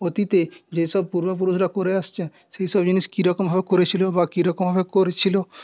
অতীতে যেইসব পূর্বপুরুষরা করে আসছেন সেইসব জিনিস কীরকমভাবে করেছিল বা কীরকমভাবে করছিল